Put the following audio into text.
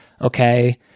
okay